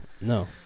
No